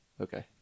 Okay